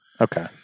Okay